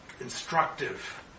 instructive